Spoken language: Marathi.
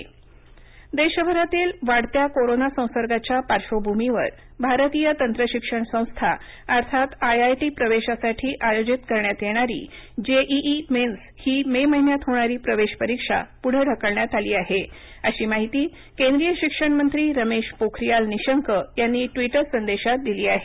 जेईई मेन्स देशभरातील वाढत्या कोरोना संसर्गाच्या पार्श्वभूमीवर भारतीय तंत्रशिक्षण संस्था अर्थात आयआयटी प्रवेशासाठी आयोजित करण्यात येणारी जेईई मेन्स ही मे महिन्यात होणारी प्रवेश परीक्षा पुढं ढकलण्यात आली आहेअशी माहिती केंद्रिय शिक्षणमंत्री रमेश पोखरियाल निशंक यांनी ट्विटर संदेशांत दिली आहे